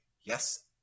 Yes